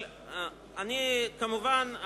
כמובן,